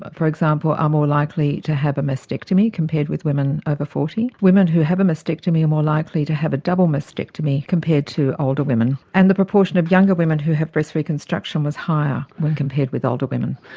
but for example, are more likely to have a mastectomy compared with women over forty. women who have a mastectomy are more likely to have a double mastectomy compared to older women. and the proportion of younger women who have breast reconstruction was higher when compared with older women.